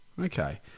Okay